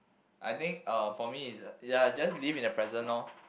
I think uh for me its just ya live in the present loh